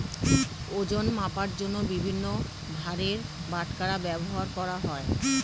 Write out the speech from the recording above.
ওজন মাপার জন্য বিভিন্ন ভারের বাটখারা ব্যবহার করা হয়